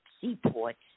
seaports